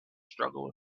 struggle